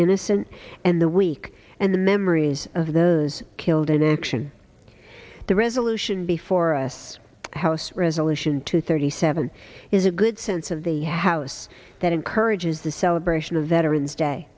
innocent and the weak and the memories of those killed in action the resolution before us house resolution two thirty seven is a good sense of the house that encourages the celebration of veterans day